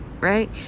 right